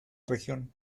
región